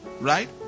right